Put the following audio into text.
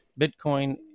Bitcoin